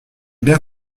bien